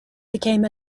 became